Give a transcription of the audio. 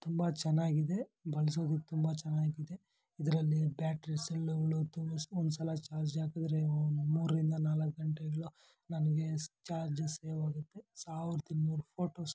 ತುಂಬ ಚೆನ್ನಾಗಿದೆ ಬಳಸೋದು ತುಂಬ ಚೆನ್ನಾಗಿದೆ ಇದರಲ್ಲಿ ಬ್ಯಾಟ್ರಿ ಶೆಲ್ಲುಗಳು ತುಂಬ ಒಂದ್ಸಲ ಚಾರ್ಜಾಕಿದ್ರೆ ಮೂರರಿಂದ ನಾಲ್ಕು ಗಂಟೆಗಳು ನಮಗೆ ಚಾರ್ಜಸ್ ಸೇವಾಗುತ್ತೆ ಸಾವಿರದ ಇನ್ನೂರು ಫೋಟೋಸ್